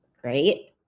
great